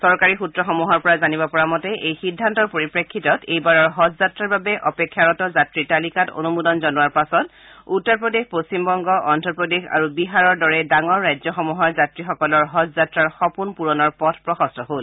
চৰকাৰী সূত্ৰসমূহৰ পৰা জানিব পৰা মতে এই সিদ্ধান্তৰ পৰিপ্ৰেক্ষিতত এইবাৰৰ হজ যাত্ৰাৰ বাবে অপেক্ষাৰত যাত্ৰীৰ তালিকাত অনুমোদন জনোৱাৰ পাছত উত্তৰপ্ৰদেশপশ্থিমবংগঅন্ধ্ৰপ্ৰদেশ আৰু বিহাৰৰ দৰে ডাঙৰ ৰাজ্যসমূহৰৰ যাত্ৰীসকলৰ হজ যাত্ৰাৰ সপোন পূৰণৰ পথ প্ৰশস্ত হল